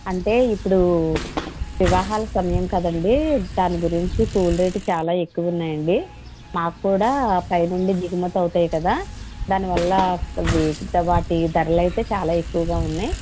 అంటే ఇప్పుడు వివాహాల సమయం కదండీ దాని గురించి పూల రేటు చాలా ఎక్కువున్నాయండి మాకు కూడా పైనుండి దిగుమతి అవుతాయి కదా దానివల్ల వాటి ధరలైతే చాలా ఎక్కువగా ఉన్నాయి